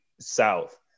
South